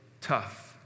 tough